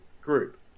group